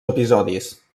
episodis